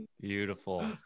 Beautiful